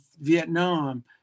Vietnam